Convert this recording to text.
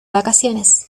vacaciones